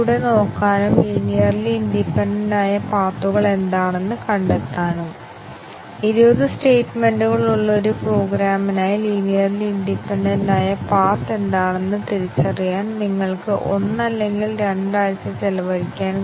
കൂടാതെ ഇത് ശരി തെറ്റായ മൂല്യങ്ങൾ മറ്റ് ബേസിക് വ്യവസ്ഥകൾ മറ്റ് ആറ്റോമിക് അവസ്ഥകൾ എന്നിവ സ്ഥിരമായ മൂല്യത്തിൽ സജ്ജമാക്കിയിട്ടുണ്ടെന്ന് ഞങ്ങൾ ഉറപ്പാക്കേണ്ടതുണ്ട്